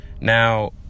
Now